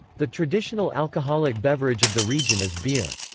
the traditional alcoholic beverage of the region is beer.